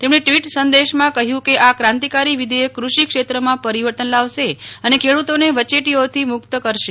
તેમણે ટ્વીટ સંદેશમાં કહ્યું કે આ ક્રાંતિકારી વિધેયક કૃષિ ક્ષેત્રમાં પરિવર્તન લાવશે અને ખેડૂતોને વચેટીઓથી મુક્ત કરશે